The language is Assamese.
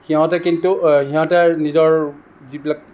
সিহঁতে কিন্তু সিহঁতে নিজৰ যিবিলাক